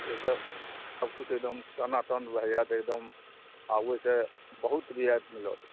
ओहि सऽ सबकिछु एकदम टनाटन भए जाएत एकदम आ ओहि सऽ बहुत रियायत मिलत